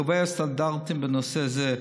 הקובע סטנדרטים בנושא זה.